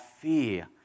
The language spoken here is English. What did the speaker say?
fear